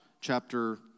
chapter